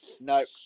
Nope